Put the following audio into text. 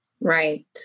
Right